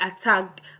attacked